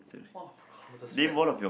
!whoa! closest friend